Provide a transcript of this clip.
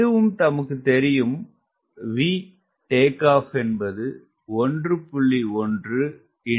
இதுவும் தமக்கு தெரியும் VTO என்பது 1